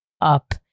up